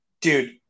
dude